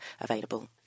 available